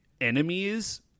enemies